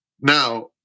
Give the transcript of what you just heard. Now